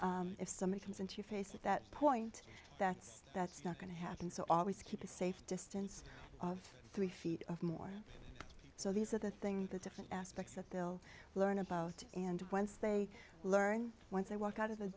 spouse if someone comes into your face at that point that's that's not going to happen so always keep a safe distance of three feet of more so these are the thing the different aspects that they'll learn about and once they learn once they walk out of the